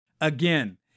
Again